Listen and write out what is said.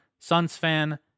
Sunsfan